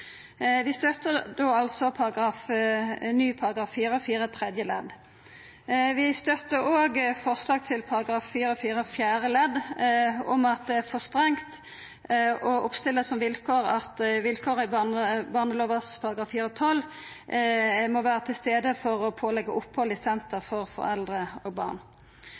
Vi støttar altså forslaget til ny § 4-4 tredje ledd. Vi støttar òg forslaget til § 4-4 fjerde ledd om at det er for strengt å stilla som vilkår at vilkåra i barnevernslova § 4-12 må vera til stades for å påleggja opphald i senter for foreldre og barn.